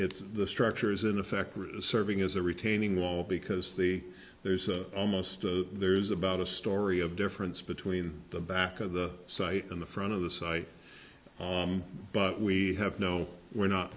it's the structure is in effect or is serving as a retaining wall because the there's almost a there's about a story of difference between the back of the site and the front of the site but we have no we're not